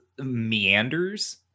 meanders